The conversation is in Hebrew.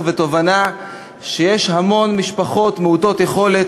ותובנה שיש המון משפחות מעוטות יכולת,